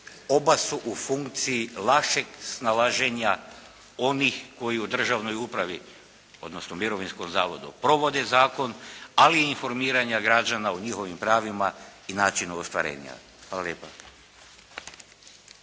oba su u funkciji lakšeg snalaženja onih koji u državnoj upravi, odnosno koji u mirovinskom zavodu provode zakon, ali i informiranja građana o njihovim pravima i načinu ostvarenja. Hvala lijepa.